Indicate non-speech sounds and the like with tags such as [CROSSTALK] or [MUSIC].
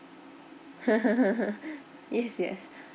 [LAUGHS] yes yes